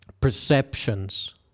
perceptions